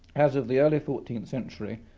as of the early fourteenth century,